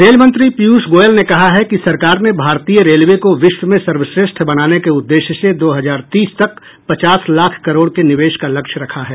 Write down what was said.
rail मंत्री पीयूष गोयल ने कहा है कि सरकार ने भारतीय रेलवे को विश्व में सर्वश्रेष्ठ बनाने के उद्देश्य से दो हजार तीस तक पचास लाख करोड़ के निवेश का लक्ष्य रखा है